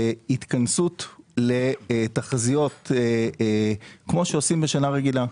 התכנסות לתחזיות כמו שעושים בשנה רגילה.